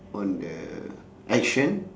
on the action